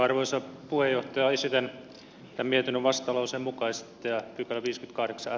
arvoisa puheenjohtajaisyytenne te mietin vastalause mukaiset jätti pelkisti kartsaa